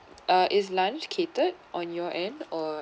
uh is lunch catered on your end or